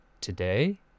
today